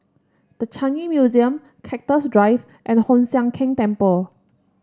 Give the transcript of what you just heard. The Changi Museum Cactus Drive and Hoon Sian Keng Temple